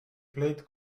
played